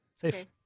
Safe